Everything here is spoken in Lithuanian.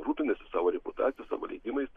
rūpinasi savo reputacija savo leidimais